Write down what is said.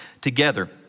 together